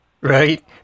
right